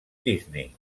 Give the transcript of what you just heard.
disney